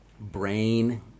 brain